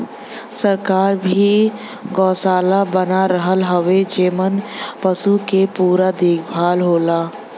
सरकार भी गौसाला बना रहल हउवे जेमन पसु क पूरा देखभाल होला